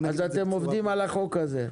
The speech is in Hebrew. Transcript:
אז אתם עובדים על החוק הזה?